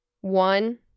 one